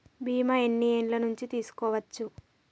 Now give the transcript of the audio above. బీమా ఎన్ని ఏండ్ల నుండి తీసుకోవచ్చు?